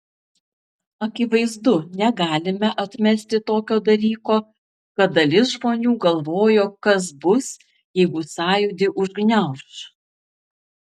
akivaizdu negalime atmesti tokio dalyko kad dalis žmonių galvojo kas bus jeigu sąjūdį užgniauš